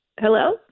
Hello